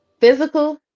Physical